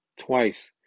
twice